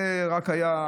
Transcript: זה רק היה,